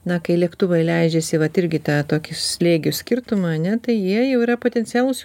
na kai lėktuvai leidžiasi vat irgi tą tokį slėgių skirtumą ane tai jie jau yra potencialūs